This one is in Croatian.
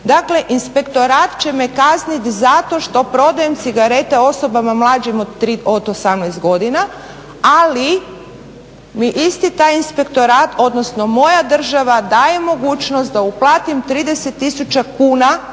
Dakle Inspektorat će me kazniti zato što prodajem cigarete osobama mlađim od 18 godina, ali mi isti taj inspektorat, odnosno moja država daje mogućnost da uplatim 30 tisuća